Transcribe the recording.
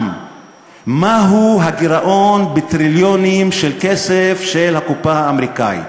מהו הגירעון בטריליונים של הכסף של הקופה האמריקנית.